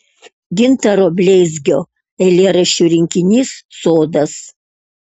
gintaro bleizgio eilėraščių rinkinys sodas